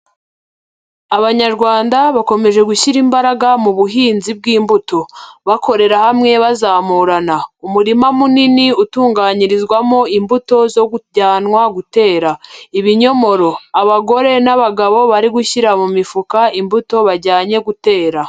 Abanyarwanda bakomeje gushyira imbaraga mu buhinzi bw'imbuto, bakorera hamwe bazamurana, umurima munini utunganyirizwamo imbuto zo kujyanwa gutera, ibinyomoro, abagore n'abagabo bari gushyira mu mifuka imbuto bajyanye gutera.